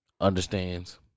understands